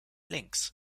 links